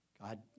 God